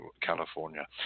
California